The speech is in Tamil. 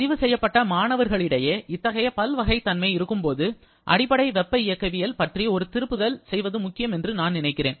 பதிவுசெய்யப்பட்ட மாணவர்களிடையே இத்தகைய பல்வகைத்தன்மை இருக்கும்போது அடிப்படை வெப்ப இயக்கவியல் பற்றி ஒரு திருப்புதல் செய்வது முக்கியம் என்று நான் நினைக்கிறேன்